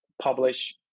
publish